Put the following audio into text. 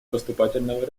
поступательного